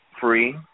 free